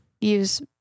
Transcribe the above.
use